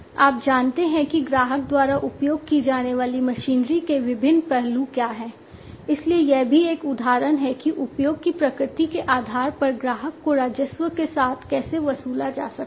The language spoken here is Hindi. आप जानते हैं कि ग्राहक द्वारा उपयोग की जाने वाली मशीनरी के विभिन्न पहलू क्या हैं इसलिए यह भी एक उदाहरण है कि उपयोग की प्रकृति के आधार पर ग्राहक को राजस्व के साथ कैसे वसूला जा सकता है